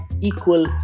equal